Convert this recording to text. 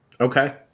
Okay